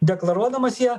deklaruodamas ją